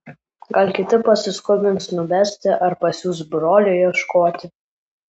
gal kiti pasiskubins numesti ar pasiųs brolio ieškoti